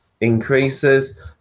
increases